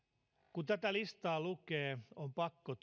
kun tätä listaa lukee on pakko